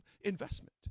investment